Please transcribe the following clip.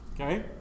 okay